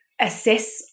assess